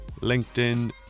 LinkedIn